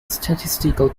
statistical